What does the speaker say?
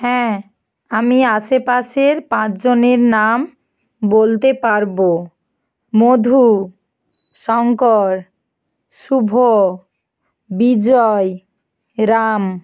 হ্যাঁ আমি আশেপাশের পাঁচজনের নাম বলতে পারবো মধু শঙ্কর শুভ বিজয় রাম